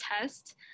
test